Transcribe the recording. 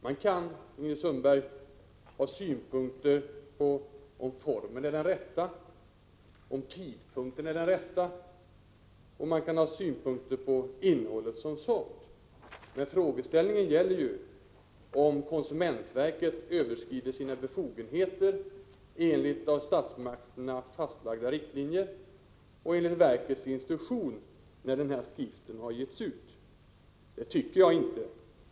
Man kan, Ingrid Sundberg, ha synpunkter när det gäller huruvida formen är den rätta och huruvida tidpunkten är den rätta, liksom man kan ha synpunkter på innehållet som sådant. Men frågan avser ju om konsumentverket har överskridit sina befogenheter enligt av statsmakterna fastlagda riktlinjer och enligt verkets instruktion, när den här skriften har getts ut. Det tycker jag inte att verket har gjort.